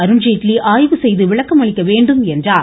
அருண்ஜேட்லி ஆய்வு செய்து விளக்கமளிக்க வேண்டும் என்றார்